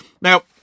Now